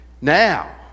Now